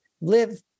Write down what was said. live